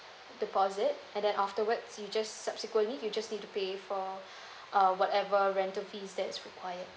deposit and then afterwards you just subsequently you just need to pay for uh whatever rental fees that's required